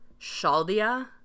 Shaldia